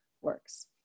works